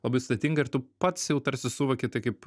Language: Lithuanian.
labai sudėtinga ir tu pats jau tarsi suvoki tai kaip